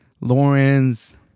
Lawrence